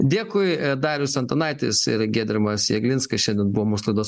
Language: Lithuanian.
dėkui darius antanaitis ir giedrimas jeglinskas šiandien buvo mūsų laidos